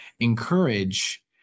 encourage